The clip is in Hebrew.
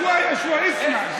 שוואיה-שוואיה, אסמע.